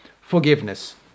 forgiveness